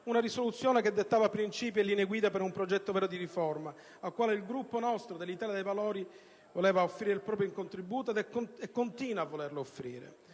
una risoluzione che dettava principi e linee guida per un progetto di riforma vero, al quale il Gruppo dell'Italia dei Valori avrebbe dato il proprio contributo e continua a volerlo offrire.